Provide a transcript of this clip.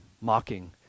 mocking